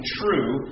true